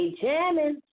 jamming